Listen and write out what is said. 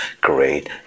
great